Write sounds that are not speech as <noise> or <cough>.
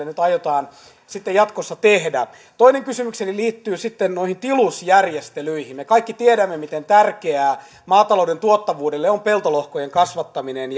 <unintelligible> nyt aiotaan sitten jatkossa tehdä toinen kysymykseni liittyy sitten tilusjärjestelyihin me kaikki tiedämme miten tärkeää maatalouden tuottavuudelle on peltolohkojen kasvattaminen <unintelligible>